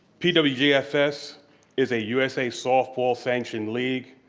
kind of yeah pwgfs is a usa softball sanctioned league,